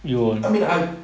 I mean I